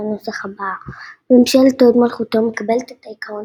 הנוסח הבאה "ממשלת הוד מלכותו מקבלת את העיקרון